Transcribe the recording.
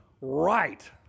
right